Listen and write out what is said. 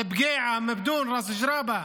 אל-בקעה, מאבדול, ראס אל-ז'רבה,